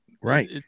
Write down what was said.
Right